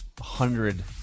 hundred